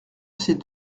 ces